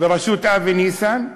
בראשות אבי ניסנקורן,